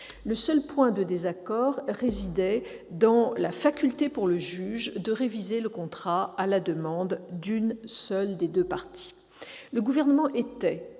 Le seul point de désaccord résidait dans la faculté pour le juge de réviser le contrat à la demande d'une seule des parties. Le Gouvernement était